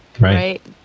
Right